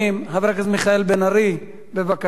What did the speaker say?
חבר הכנסת מיכאל בן-ארי, בבקשה.